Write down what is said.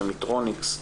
ומיטרוניקס,